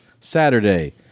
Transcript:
Saturday